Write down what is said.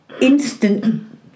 instant